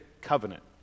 Covenant